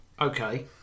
Okay